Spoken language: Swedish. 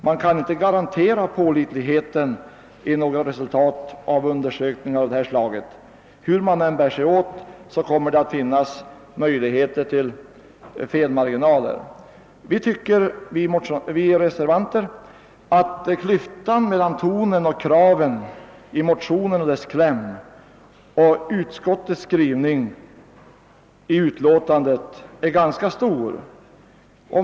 Man kan inte garantera pålitligheten i några undersökningsresultat av detta slag. Hur man än bär sig åt kommer det att finnas möjligheter till felmarginaler. Vi reservanter tycker att klyftan är ganska stor mellan kraven i motionen och dess kläm samt utskottets skrivning i utlåtandet.